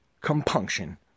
compunction